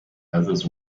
others